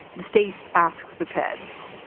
the state asks the feds.